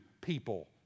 people